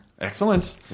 Excellent